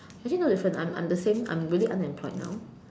actually no difference I'm I'm the same I am really unemployed now